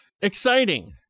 Exciting